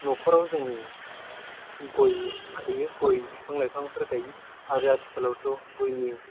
न'खराव जोङो गय गायो गय बिफां लाइफांफोर गायो आरो आथिखालावथ' गयनि